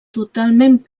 totalment